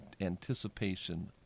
anticipation